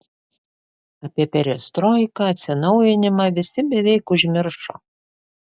apie perestroiką atsinaujinimą visi beveik užmiršo